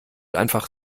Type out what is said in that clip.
einfach